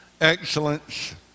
excellence